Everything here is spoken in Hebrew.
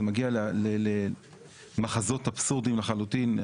זה מגיע למחזות אבסורדיים לחלוטין,